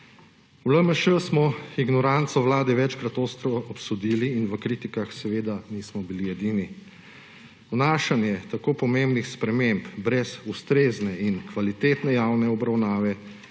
V LMŠ smo ignoranco vlade večkrat ostro obsodili in v kritikah seveda nismo bili edini. Vnašanje tako pomembnih sprememb brez ustrezne in kvalitetne javne obravnave